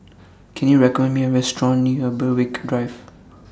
Can YOU recommend Me A Restaurant near Berwick Drive